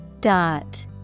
Dot